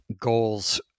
goals